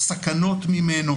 הסכנות ממנו,